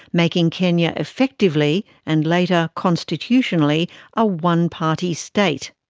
making kenya effectively and later, constitutionally a one-party state.